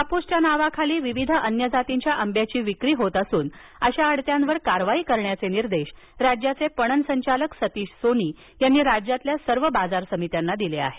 हाप्रसच्या नावाखाली विविध अन्य जातीच्या आंब्याची विक्री होत असून अशा अडत्यांवर कारवाई करण्याचे आदेश राज्याचे पणन संचालक सतीश सोनी यांनी राज्यातील सर्व बाजार समित्यांना दिले आहेत